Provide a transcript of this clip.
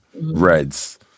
reds